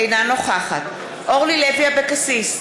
אינה נוכחת אורלי לוי אבקסיס,